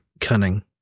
cunning